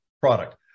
product